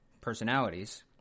personalities